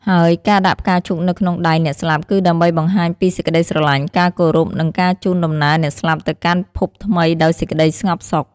ហើយការដាក់ផ្កាឈូកនៅក្នុងដៃអ្នកស្លាប់ គឺដើម្បីបង្ហាញពីសេចក្តីស្រឡាញ់ ការគោរព និងការជូនដំណើរអ្នកស្លាប់ទៅកាន់ភពថ្មីដោយសេចក្តីស្ងប់សុខ។